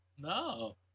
No